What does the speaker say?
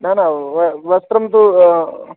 न न वस्त्रं तु